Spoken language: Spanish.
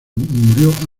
murió